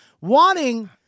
wanting